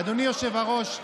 אדוני היושב-ראש,